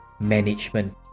management